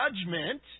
judgment